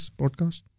podcast